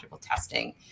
testing